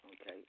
Okay